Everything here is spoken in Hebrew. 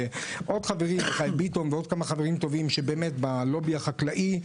ועוד כמה חברים טובים בלובי החקלאי.